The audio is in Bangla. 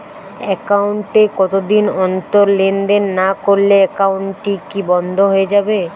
একাউন্ট এ কতদিন অন্তর লেনদেন না করলে একাউন্টটি কি বন্ধ হয়ে যাবে?